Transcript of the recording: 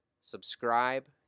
subscribe